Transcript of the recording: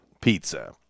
pizza